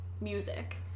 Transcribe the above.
music